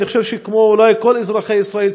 אני חושב שכמו אולי כל אזרחי ישראל,